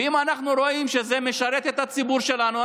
ואם אנחנו רואים שזה משרת את הציבור שלנו,